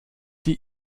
die